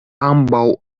ambaŭ